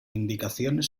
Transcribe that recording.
indicaciones